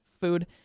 food